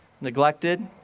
neglected